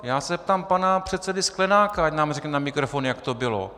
Já se zeptám pana předsedy Sklenáka, ať nám řekne na mikrofon, jak to bylo.